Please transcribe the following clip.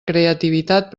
creativitat